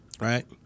right